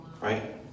right